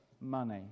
money